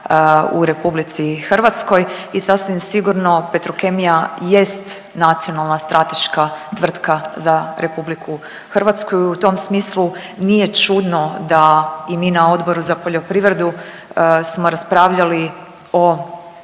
u RH i sasvim sigurno Petrokemija jest nacionalna strateška tvrtka za RH. I u tom smislu nije čudno da i mi na Odboru za poljoprivredu smo raspravljali o